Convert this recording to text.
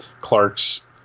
Clark's